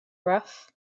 rough